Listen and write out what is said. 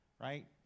right